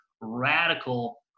radical